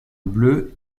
bleu